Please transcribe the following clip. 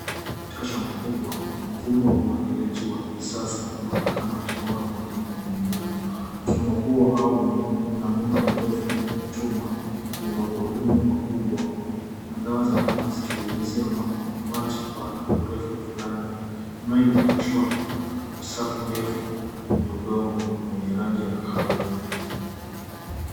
Katika shamba kubwa, mfumo wa umwagiliaji wa kisasa unaonekana ukimwaga maji kwenye mimea. Mfumo huu una muundo mirefu ya chuma yenye magurudumu makubwa. Andawa za maji zikinyunyizia maji kwa urefu fulani, ambayo imetoshwa kwa safu ndefu kwenye udongo wenye rangi ya kahawia.